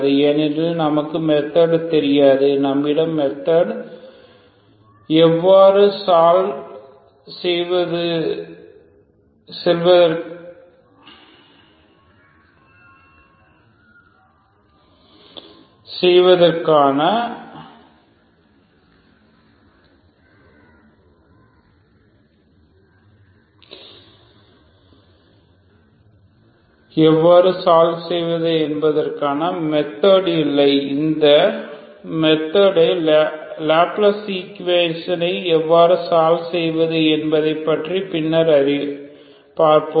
ஏனெனில் நமக்கு மெத்தட் தெரியாது நம்மிடம் மெத்தட் எவ்வாறு சால்வ் செய்வதற்கான சால்வ் செய்வது என்பதற்கான மெத்தட் இல்லை இந்த மெத்தடை லப்ளேஸ் ஈக்வடேசன் ஐ எவ்வாறு சால்வ் செய்வது என்பது பற்றி பின்னர் பார்ப்போம்